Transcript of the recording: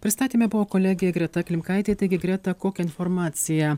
pristatyme buvo kolegė greta klimkaitė taigi greta kokią informaciją